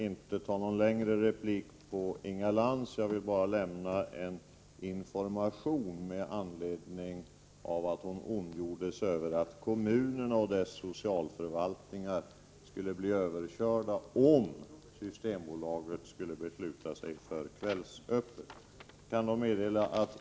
Herr talman! Min replik med anledning av Inga Lantz anförande skall inte bli lång. Jag vill bara lämna en information, eftersom hon ondgjorde sig över att kommunerna och deras socialförvaltningar skulle bli överkörda, om Systembolaget skulle besluta sig för kvällsöppet.